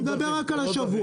אני מדבר רק על השבוע,